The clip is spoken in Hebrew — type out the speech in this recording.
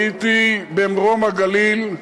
הייתי במרום-הגליל,